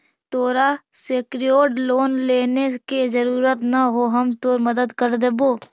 तोरा secured loan लेने के जरूरत न हो, हम तोर मदद कर देबो